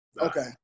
Okay